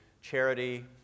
charity